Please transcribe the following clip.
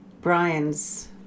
Brian's